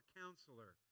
counselor